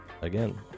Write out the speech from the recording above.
again